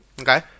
Okay